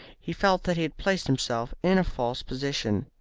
he felt that he had placed himself in a false position.